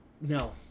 No